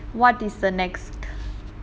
what is the next